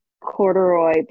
corduroy